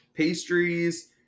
Pastries